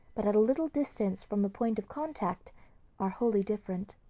but at a little distance from the point of contact are wholly different.